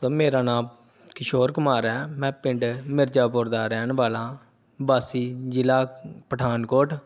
sir ਮੇਰਾ ਨਾਮ ਕਿਸ਼ੋਰ ਕੁਮਾਰ ਹੈ ਮੈਂ ਪਿੰਡ ਮਿਰਜਾਪੁਰ ਦਾ ਰਹਿਣ ਵਾਲਾ ਹਾਂ ਵਾਸੀ ਜ਼ਿਲ੍ਹਾ ਪਠਾਨਕੋਟ